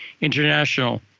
International